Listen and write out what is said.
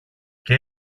και